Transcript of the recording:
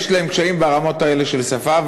יש להם קשיים ברמות האלה של שפה,